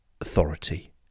authority